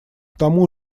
тому